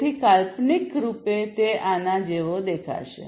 તેથી કાલ્પનિક રૂપે તે આના જેવો દેખાશે